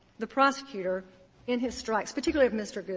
the prosecutor in his strikes, particularly of mr.